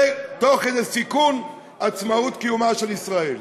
וזה תוך כדי סיכון עצמאות קיומה של ישראל.